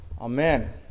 Amen